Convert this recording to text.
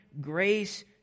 grace